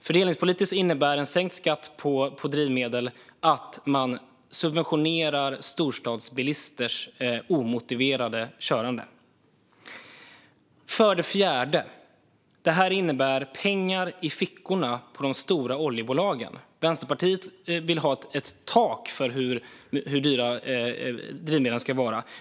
Fördelningspolitiskt innebär en sänkt skatt på drivmedel att man subventionerar storstadsbilisters omotiverade körande. För det fjärde innebär detta pengar i fickorna på de stora oljebolagen. Vänsterpartiet vill ha ett tak för hur dyra drivmedlen ska vara.